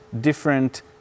different